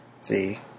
See